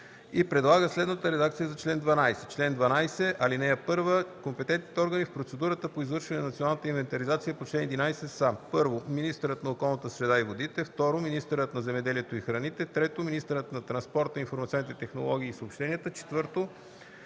предлага следната редакция за чл. 12: „Чл. 12. (1) Компетентни органи в процедурата по извършване на националната инвентаризация по чл. 11 са: 1. министърът на околната среда и водите; 2. министърът на земеделието и храните; 3. министърът на транспорта, информационните технологии и съобщенията; 4.